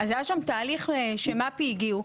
אז היה שם תהליך שמפ"י הגיעו,